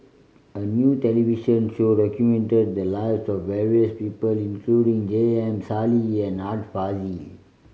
a new television show documented the lives of various people including J M Sali and Art Fazil